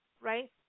right